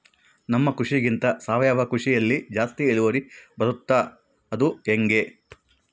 ನಮ್ಮ ಕೃಷಿಗಿಂತ ಸಾವಯವ ಕೃಷಿಯಲ್ಲಿ ಜಾಸ್ತಿ ಇಳುವರಿ ಬರುತ್ತಾ ಅದು ಹೆಂಗೆ?